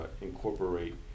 incorporate